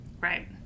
Right